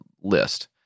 list